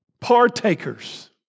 Partakers